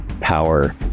power